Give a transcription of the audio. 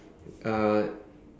uh